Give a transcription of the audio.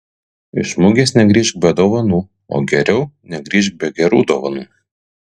iš mugės negrįžk be dovanų o geriau negrįžk be gerų dovanų